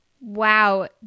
Wow